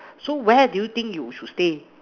so where do you think you should stay